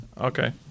Okay